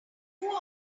who